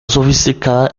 sofisticada